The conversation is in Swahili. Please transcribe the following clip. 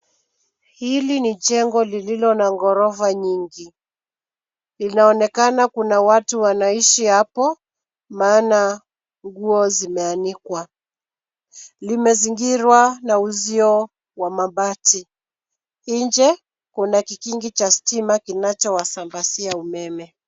Hili ni jengo lililo na ghorofa nyingi. Linaonekana kuna watu wanaishi hapo maana nguo zimeanikwa. Limezingirwa na uzio wa mabati. Nje kuna kikingi cha stima kinachowasambazia umeme.